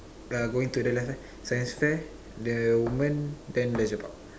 uh going to the left ah science fair the woman then Leisure Park